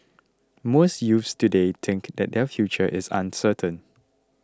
most youths today think that their future is uncertain